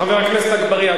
חבר הכנסת אגבאריה.